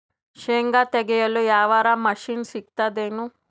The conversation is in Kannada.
ಶೇಂಗಾ ತೆಗೆಯಲು ಯಾವರ ಮಷಿನ್ ಸಿಗತೆದೇನು?